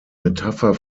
metapher